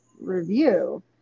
review